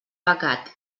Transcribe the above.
pecat